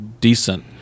decent